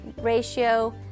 ratio